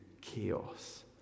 chaos